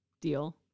deal